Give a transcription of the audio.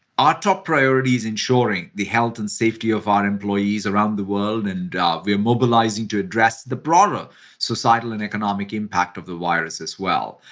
our top priority is ensuring the health and safety of our employees around the world, and we're mobilizing to address the broader societal and economic impact of the virus as well.